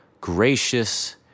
gracious